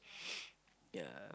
yeah